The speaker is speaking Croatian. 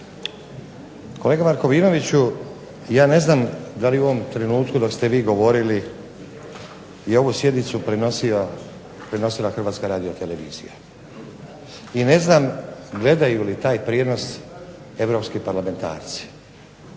Kolega Markovinoviću ja ne znam da li u ovom trenutku da ste vi govorili je ovu sjednicu prenosila HRT i ne znam gledaju li taj prijenos europski parlamentarci,